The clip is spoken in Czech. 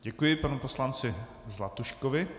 Děkuji panu poslanci Zlatuškovi.